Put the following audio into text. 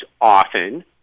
often